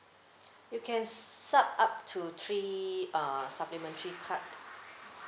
you can sub up to three uh supplementary card